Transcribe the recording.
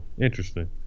interesting